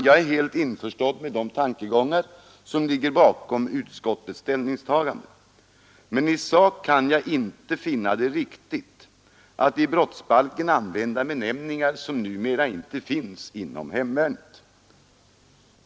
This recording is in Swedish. Jag är helt införstådd med de tankegångar som ligger bakom utskottets ställningstagande, men i sak kan jag inte finna det riktigt att i brottsbalken använda benämningar som numera inte finns inom hemvärnet.